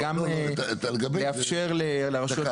וגם לאפשר לרשויות